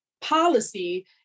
policy